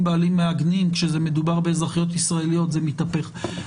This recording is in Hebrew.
בעלים מעגנים כשמדובר באזרחיות ישראליות זה מתהפך.